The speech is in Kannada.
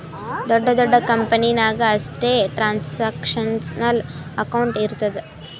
ದೊಡ್ಡ ದೊಡ್ಡ ಕಂಪನಿ ನಾಗ್ ಅಷ್ಟೇ ಟ್ರಾನ್ಸ್ಅಕ್ಷನಲ್ ಅಕೌಂಟ್ ಇರ್ತುದ್